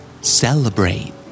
Celebrate